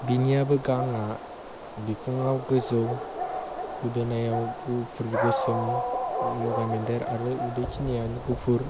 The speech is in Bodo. बिनियाबो गांआ बिखुंआव गोजौ गोदोनायाव गुफुर गोसोम लगायमोन्देर आरो उदैखिनिया गुफुर